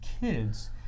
kids